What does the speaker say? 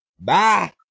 Bye